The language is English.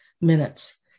minutes